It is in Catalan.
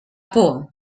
por